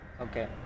okay